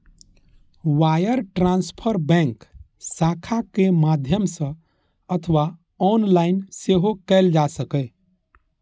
wire transfer bank शाखाक माध्यम सं अथवा ऑनलाइन सेहो कैल जा सकैए